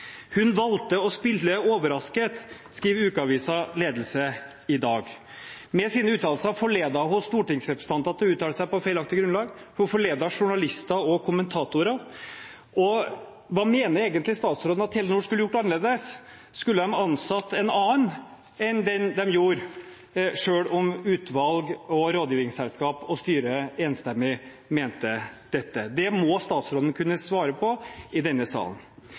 Hun valgte «å spille overrasket», skriver Ukeavisen Ledelse i dag. Med sine uttalelser forledet hun stortingsrepresentanter til å uttale seg på feilaktig grunnlag. Hun forledet journalister og kommentatorer. Hva mener statsråden egentlig at Telenor skulle gjort annerledes? Skulle de ansatt en annen enn det de gjorde, selv om utvalg, rådgivingsselskap og styre enstemmig mente dette? Det må statsråden kunne svare på i denne salen.